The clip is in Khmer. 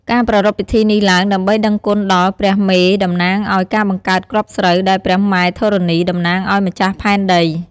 ការប្រារព្ធពិធីនេះឡើង ដើម្បីដឹងគុណដល់ ព្រះមេ តំណាងឱ្យការបង្កើតគ្រាប់ស្រូវ ដែលព្រះម៉ែធរណី តំណាងឱ្យម្ចាស់ផែនដី។